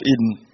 Eden